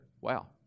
Wow